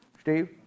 Steve